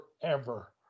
forever